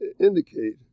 indicate